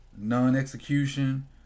Non-execution